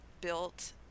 built